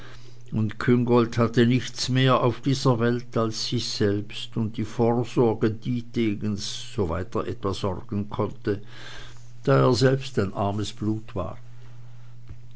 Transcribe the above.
und küngolt hatte nichts mehr auf dieser welt als sich selbst und die vorsorge dietegens soweit er etwa sorgen konnte da er selbst ein armes blut war